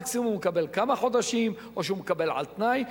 מקסימום הוא מקבל כמה חודשים או שהוא מקבל על-תנאי,